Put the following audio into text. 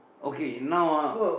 okay now ah